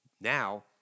Now